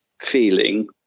feeling